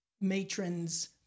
matrons